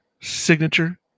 signature